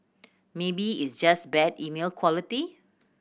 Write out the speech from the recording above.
maybe it's just bad email quality